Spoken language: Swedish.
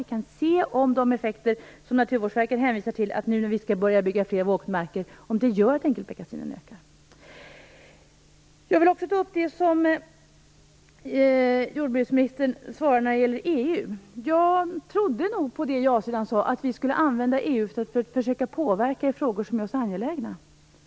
Vi kan se om de effekter av att vi nu skall börja bygga fler våtmarker som Naturvårdsverket hänvisar till gör att enkelbeckasinen ökar. Jag vill också ta upp det som jordbruksministern svarar när det gäller EU. Jag trodde nog på det jasidan sade om att vi skulle använda EU för att försöka påverka i frågor som är oss angelägna.